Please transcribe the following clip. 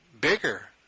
bigger